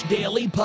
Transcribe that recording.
Daily